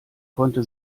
konnte